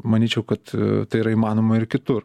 manyčiau kad tai yra įmanoma ir kitur